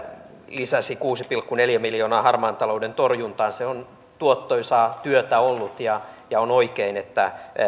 lisäsi kuusi pilkku neljä miljoonaa harmaan talouden torjuntaan se on tuottoisaa työtä ollut ja ja on oikein että